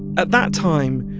at that time,